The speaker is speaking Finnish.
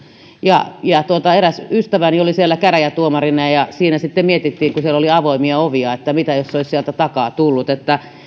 eräs ystäväni oli siellä käräjätuomarina ja ja siinä sitten mietittiin kun siellä oli avoimia ovia että mitä jos olisi sieltä takaa tullut